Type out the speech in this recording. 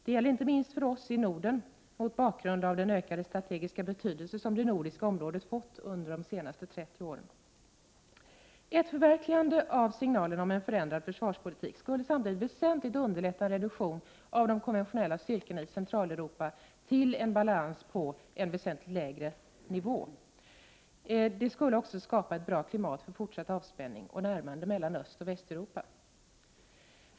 Det gäller inte minst för oss i Norden mot bakgrund av den ökade strategiska betydelse som det nordiska området har fått under de senaste 30 åren. Ett förverkligande av signalerna om en förändring av försvarspolitiken skulle samtidigt väsentligt underlätta en reduktion av de konventionella styrkorna i Centraleuropa till en balans på en väsentligt lägre nivå. Det skulle också skapa ett bra klimat för fortsatt avspänning och för ett närmande mellan Östoch Västeuropa.